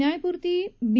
न्यायमूर्ती बी